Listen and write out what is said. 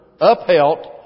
upheld